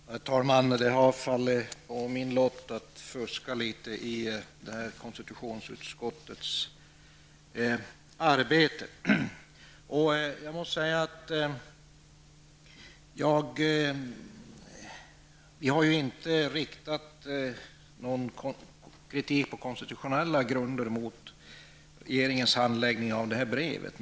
Herr talman! Det har fallit på min lott att fuska litet i konstitutionsutskottets arbete. Jag måste säga att vi inte har riktat någon kritik på konstitutionella grunder mot regeringens handläggning av brevet.